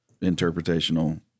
interpretational